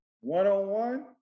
one-on-one